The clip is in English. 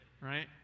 right